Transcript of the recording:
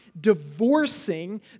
divorcing